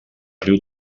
riu